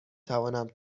توانم